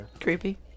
Creepy